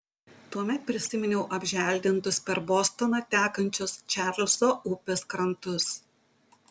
tuomet prisiminiau apželdintus per bostoną tekančios čarlzo upės krantus